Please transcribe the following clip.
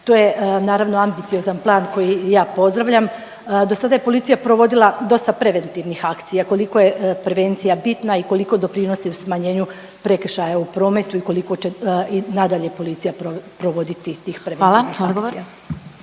To je naravno ambiciozan plan koji ja pozdravljam. Dosada je policija provodila dosta preventivnih akcija, koliko je prevencija bitna i koliko doprinosi u smanjenju prekršaja u prometu i koliko će i nadalje policija provoditi tih preventivnih akcija? **Glasovac,